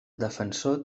defensor